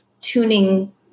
tuning